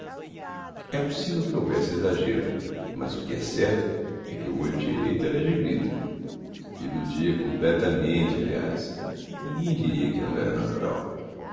é possivel que houvesse exaggêro mas o que é certo é que o olho direito era de vidro illudia completamente aliás ninguem diria que não era natural